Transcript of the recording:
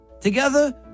Together